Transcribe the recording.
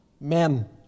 men